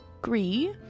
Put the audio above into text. agree